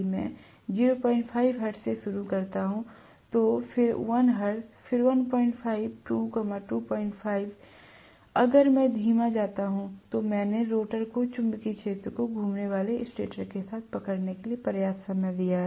यदि मैं 05 हर्ट्ज से शुरू करता हूं तो फिर 1 हर्ट्ज फिर 15 2 25 अगर मैं धीमा जाता हूं तो मैंने रोटर को चुंबकीय क्षेत्र को घूमने वाले स्टेटर के साथ पकड़ने के लिए पर्याप्त समय दिया